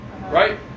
right